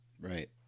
Right